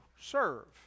serve